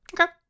Okay